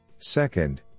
Second